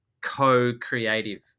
co-creative